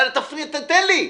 תן לי.